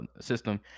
system